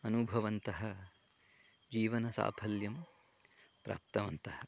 अनुभवन्तः जीवनसाफल्यं प्राप्तवन्तः